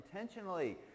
intentionally